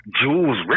Jules